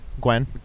Gwen